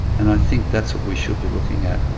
and i think that's what we should be looking at.